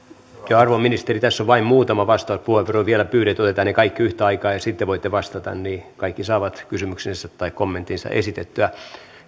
arvon ministeri tässä on vain muutama vastauspuheenvuoro vielä pyydetty otetaan ne kaikki yhtä aikaa ja sitten voitte vastata niihin kaikki saavat kysymyksensä tai kommenttinsa